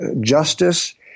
justice